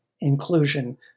inclusion